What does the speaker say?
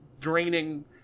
draining